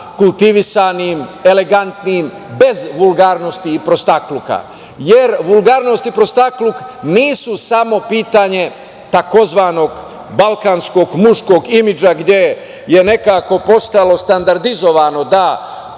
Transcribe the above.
kultivisanim, elegantnim, bez vulgarnosti i prostakluka. Vulgarnost i prostakluk nisu samo pitanje tzv. „balkanskog muškog imidža“, gde je postalo standardizovano da,